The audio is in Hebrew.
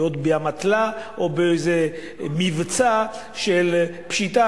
ועוד באמתלה או באיזה מבצע של פשיטה,